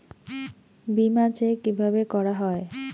বিমা চেক কিভাবে করা হয়?